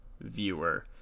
viewer